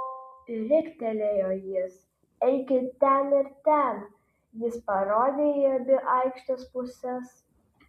riktelėjo jis eikit ten ir ten jis parodė į abi aikštės puses